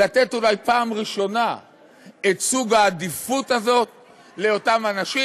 לתת אולי פעם ראשונה את סוג העדיפות הזאת לאותם אנשים?